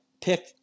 pick